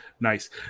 nice